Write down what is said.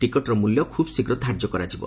ଟିକେଟର ମୂଲ୍ୟ ଖୁବଶୀଘ୍ର ଧାର୍ଯ୍ୟ କରାଯିବ